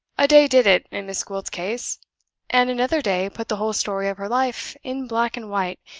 a day did it in miss gwilt's case and another day put the whole story of her life, in black and white,